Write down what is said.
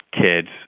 kids